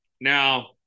Now